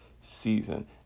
season